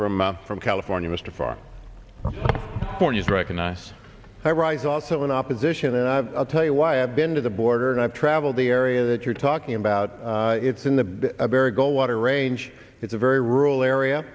from from california mr far corners recognize high rise also in opposition and i'll tell you why i've been to the border and i've traveled the area that you're talking about it's in the barry goldwater range it's a very rural area